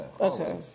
Okay